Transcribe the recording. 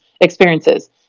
experiences